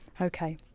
Okay